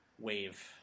wave